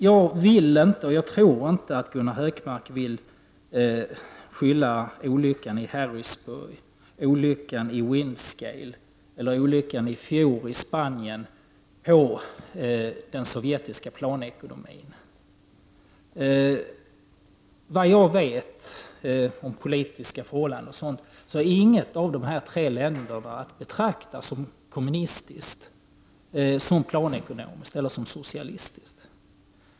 Jag vill inte tro att Gunnar Hökmark vill skylla olyckan i Harrisburg, olyckan i Windscale eller olyckan i fjol i Spanien på den sovjetiska planekonomin. Såvitt jag känner till om politiska förhållanden i dessa tre länder är inget av dem att betrakta som kommunistiskt, planekonomiskt eller socialistiskt.